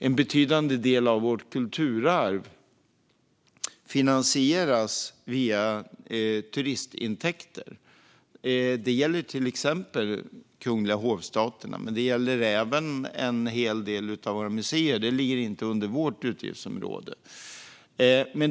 En betydande del av vårt kulturarv finansieras via turistintäkter. Det gäller till exempel Kungliga Hovstaterna men även en hel del av våra museer, som inte ligger under vårt utgiftsområde.